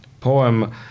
poem